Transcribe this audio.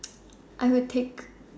I would take